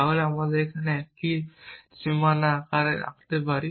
তাহলে আমি এখানে 1টি সীমানা আঁকতে পারি